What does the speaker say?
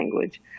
language